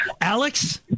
alex